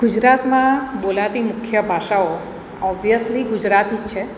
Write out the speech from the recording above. ગુજરાતમાં બોલાતી મુખ્ય ભાષાઓ ઓબયસ્લી ગુજરાતી જ છે